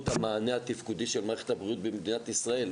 המענה התפקודי של מערכת הבריאות במדינת ישראל,